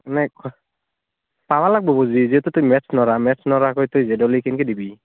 মানে পাব লাগিব বুজি যিহেতু তই মেটছ নোৱাৰ মেটছ নোৱাৰাকৈ তই জে ডাবুল ই কেনেকৈ দিবি